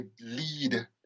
lead